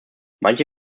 manche